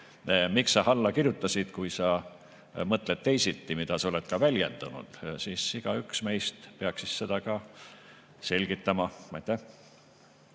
miks sa alla kirjutasid, kui sa mõtled teisiti, nagu sa oled väljendanud, peaks igaüks meist seda ka selgitama.